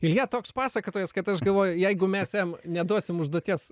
ilja toks pasakotojas kad aš galvoju jeigu mes jam neduosim užduoties